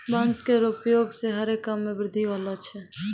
बांस केरो उपयोग सें हरे काम मे वृद्धि होलो छै